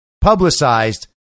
publicized